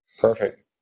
Perfect